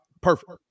perfect